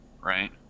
right